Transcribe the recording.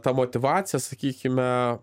ta motyvacija sakykime